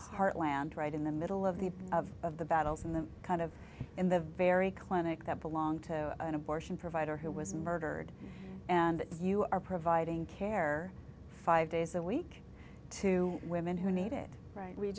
heartland right in the middle of the of of the battles and the kind of in the very clinic that belong to an abortion provider who was murdered and you are providing care five days a week to women who need it right we